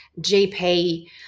GP